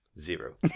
Zero